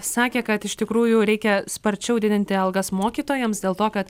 sakė kad iš tikrųjų reikia sparčiau didinti algas mokytojams dėl to kad